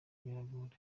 biramugora